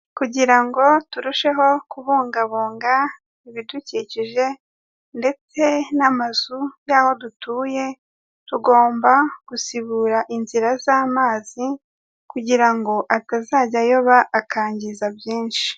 Kugira ngo turusheho kubungabunga ibidukikije ndetse n'amazu y'aho dutuye, tugomba gusibura inzira z'amazi kugira ngo atazajya ayoba akangiza byinshi.